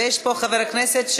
ויש פה חבר כנסת,